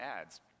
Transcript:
ads